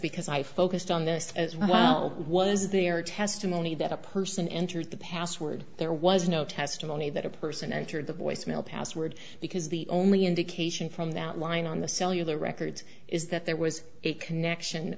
because i focused on this as well was there testimony that a person entered the password there was no testimony that a person entered the voicemail password because the only indication from that line on the cellular records is that there was a connection